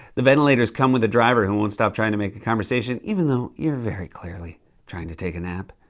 the ventilators come with a driver who won't stop trying to make a conversation even though you're very clearly trying to take a nap.